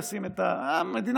המדינה,